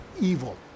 evil